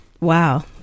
Wow